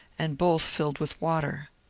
and both filled with water.